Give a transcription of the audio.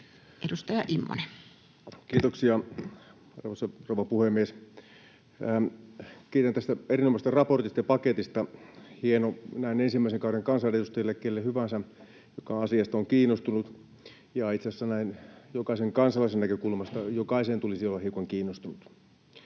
17:58 Content: Kiitoksia, arvoisa rouva puhemies! Kiitän tästä erinomaisesta raportista ja paketista — hieno näin ensimmäisen kauden kansanedustajille ja kelle hyvänsä, joka asiasta on kiinnostunut, ja itse asiassa jokaisen kansalaisen näkökulmasta jokaisen tulisi olla hiukan kiinnostunut.